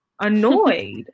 annoyed